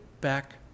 back